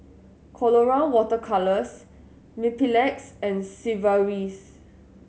Colora Water Colours Mepilex and Sigvaris